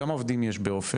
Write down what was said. כמה עובדים יש באופק?